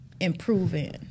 improving